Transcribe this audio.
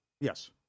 Yes